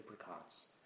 apricots